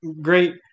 great